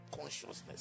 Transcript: consciousness